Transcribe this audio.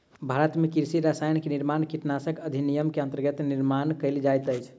भारत में कृषि रसायन के निर्माण कीटनाशक अधिनियम के अंतर्गत निर्माण कएल जाइत अछि